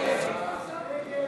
אם כן,